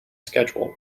schedule